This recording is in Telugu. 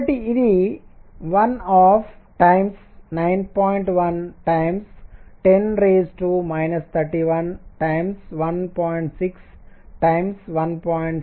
కాబట్టి ఇది 129